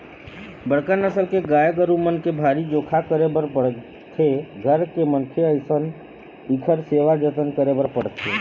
बड़का नसल के गाय गरू मन के भारी जोखा करे बर पड़थे, घर के मनखे असन इखर सेवा जतन करे बर पड़थे